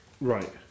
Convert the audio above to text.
Right